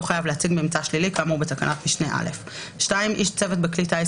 חייב להציג ממצא שלילי כאמור בתקנת משנה (א);(2) איש צוות בכלי טיס